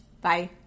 Bye